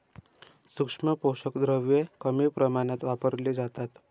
सूक्ष्म पोषक द्रव्ये कमी प्रमाणात वापरली जातात